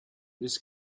this